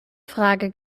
frage